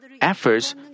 efforts